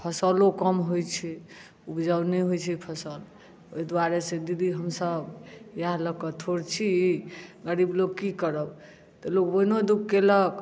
फसलो कम होइ छै उपजाउ नहि होइत छै फसल ओहि दुआरेसँ दीदी हमसभ इएह लऽ कऽ थोड़ छी गरीब लोक की करब तऽ लोग बोनिओ दुःख कयलक